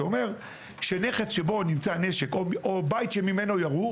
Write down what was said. שאומר שנכס שבו נמצא נשק או בית שממנו ירו,